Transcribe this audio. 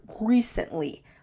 recently